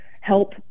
help